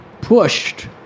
pushed